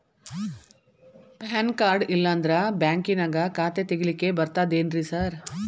PAN card ಇಲ್ಲಂದ್ರ ಬ್ಯಾಂಕಿನ್ಯಾಗ ಖಾತೆ ತೆಗೆಲಿಕ್ಕಿ ಬರ್ತಾದೇನ್ರಿ ಸಾರ್?